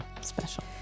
special